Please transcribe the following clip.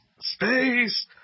Space